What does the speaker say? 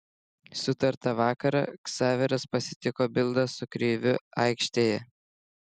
sutartą vakarą ksaveras pasitiko bildą su kreiviu aikštėje